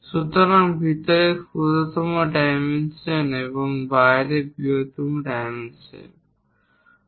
সুতরাং ভিতরের ক্ষুদ্রতম ডাইমেনশন এবং বাইরের বৃহত্তম ডাইমেনশন